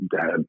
dad